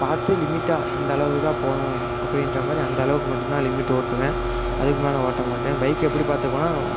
பார்த்து லிமிட்டாக இந்த அளவுதான் போகணும் அப்படின்ற மாதிரி அந்தளவுக்கு மட்டுந்தான் லிமிட் ஓட்டுவேன் அதுக்கு மேல் ஓட்ட மாட்டேன் பைக் எப்படி பார்த்துக்குவேன்னா நான்